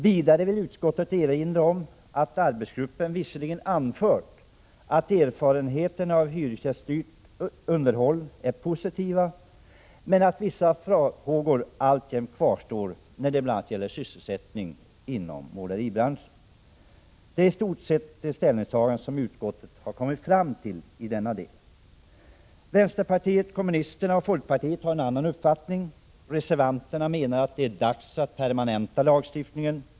Vidare vill utskottet erinra om att arbetsgruppen visserligen anfört att erfarenheterna av hyresgäststyrt underhåll är positiva, men att vissa farhågor alltjämt kvarstår, bl.a. beträffande sysselsättningen inom måleribranschen. Det är i stort sett det ställningstagande som utskottet har kommit fram till i denna del. Vpk och folkpartiet har en annan uppfattning. Reservanterna menar att det är dags att permanenta lagstiftningen.